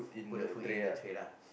put the food in the tray lah